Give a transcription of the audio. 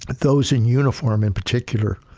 those in uniform, in particular,